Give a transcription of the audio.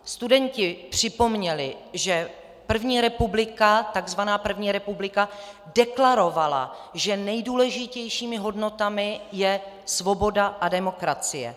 Studenti připomněli, že první republika, tzv. první republika, deklarovala, že nejdůležitějšími hodnotami jsou svoboda a demokracie.